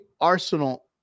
arsenal